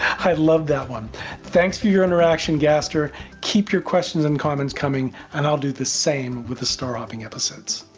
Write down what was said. i loved that one thanks for your interaction, gaster keep your questions and comments coming, and i will do the same with the star hopping episodes!